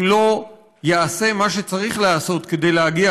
אם לא ייעשה מה שצריך להיעשות כדי להגיע